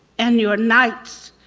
and your nights!